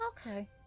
Okay